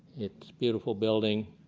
its beautiful building,